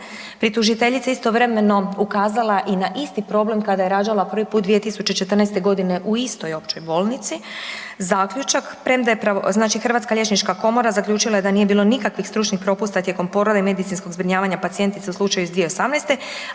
pri tužiteljici istovremeno ukazala i na isti problem kada je rađala prvi put 2014. g. u istoj općoj bolnici. Zaključak, premda je, znači Hrvatska liječnička komora zaključila je da nije bilo nikakvih stručnih propusta tijekom poroda i medicinskog zbrinjavanje pacijentice iz 2018.,